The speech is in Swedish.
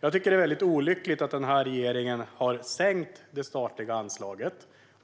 Jag tycker att det är mycket olyckligt att denna regering har sänkt det statliga anslaget.